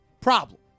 problem